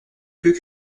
queue